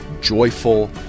joyful